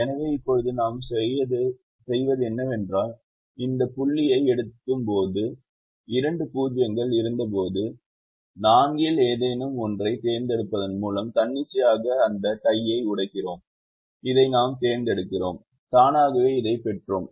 எனவே இப்போது நாம் செய்தது என்னவென்றால் இந்த புள்ளியை எட்டும்போது இரண்டு 0 கள் இருந்தபோது 4 இல் ஏதேனும் ஒன்றைத் தேர்ந்தெடுப்பதன் மூலம் தன்னிச்சையாக அந்த டையை உடைத்திருக்கலாம் இதை நாம் தேர்ந்தெடுத்தோம் தானாகவே இதைப் பெற்றோம்